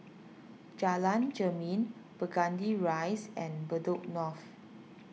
Jalan Jermin Burgundy Rise and Bedok North